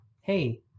hey